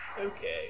Okay